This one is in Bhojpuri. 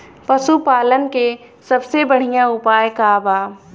पशु पालन के सबसे बढ़ियां उपाय का बा?